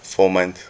four months